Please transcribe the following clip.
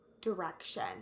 direction